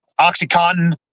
oxycontin